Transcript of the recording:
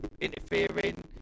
interfering